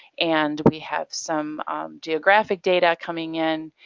and we have some geographic data coming in.